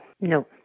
no